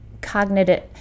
cognitive